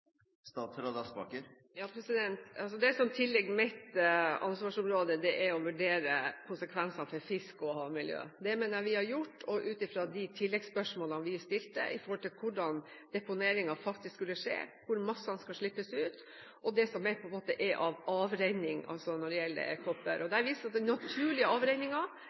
Det som tilligger mitt ansvarsområde, er å vurdere konsekvenser for fisk og havmiljø. Det mener jeg vi har gjort ut fra de tilleggsspørsmålene vi stilte med hensyn til hvordan deponeringen faktisk skulle skje, hvor massene skal slippes ut, og det som er av avrenning når det gjelde kobber. Der viser det seg at den naturlige avrenningen er større enn den påvirkningen som eventuelt vil komme fra en gruvedrift. Jeg forholder meg til at miljøovervåkningsprogrammet som er